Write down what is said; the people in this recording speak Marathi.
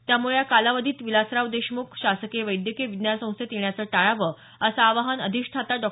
त्यामुळे या कालावधीत विलासराव देशमुख शासकीय वैद्यकीय विज्ञान संस्थेत येण्याचं टाळावं असं आवाहान अधिष्ठाता डॉ